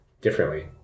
differently